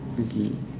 okay